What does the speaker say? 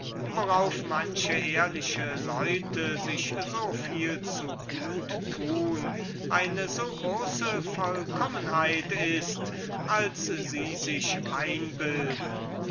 worauf manche ehrliche leute sich so viel zu gute tun eine so große tugend ist als sie sich vielleicht einbilden